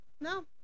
no